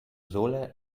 sohle